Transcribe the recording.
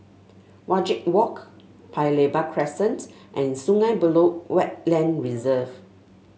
Wajek Walk Paya Lebar Crescent and Sungei Buloh Wetland Reserve